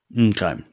Okay